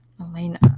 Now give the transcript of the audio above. Elena